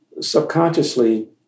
subconsciously